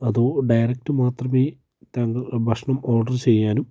അതോ ഡയറക്റ്റ് മാത്രമേ താങ്കൾ ഭക്ഷണം ഓർഡർ ചെയ്യാനും